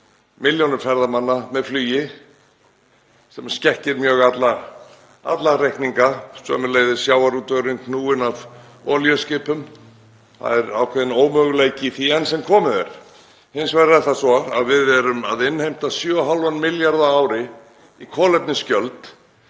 milljónir ferðamanna með flugi sem skekkir mjög alla reikninga. Sömuleiðis er sjávarútvegurinn knúinn af olíuskipum. Það er ákveðinn ómöguleiki í því enn sem komið er. Hins vegar er það svo að við erum að innheimta 7,5 milljarða á ári í kolefnisgjöld